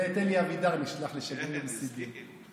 את אלי אבידר נשלח לשגריר בסיביר.